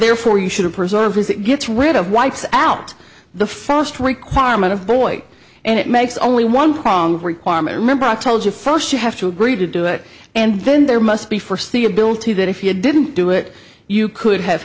therefore you should preserve was it gets rid of wipes out the first requirement of boy and it makes only one prong requirement remember i told you first you have to agree to do it and then there must be for see a bill to that if you didn't do it you could have